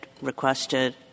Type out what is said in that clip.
requested